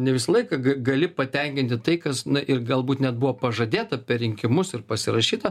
ne visą laiką gali patenkinti tai kas ir galbūt net buvo pažadėta per rinkimus ir pasirašyta